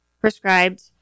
prescribed